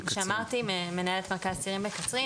מנהלת מרכז צעירים בקצרין,